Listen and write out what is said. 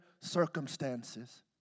circumstances